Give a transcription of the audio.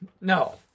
No